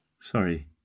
Sorry